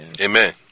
Amen